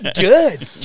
Good